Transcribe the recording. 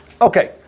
Okay